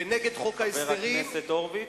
ונגד חוק ההסדרים, חבר הכנסת הורוביץ,